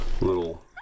Little